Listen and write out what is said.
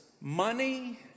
Money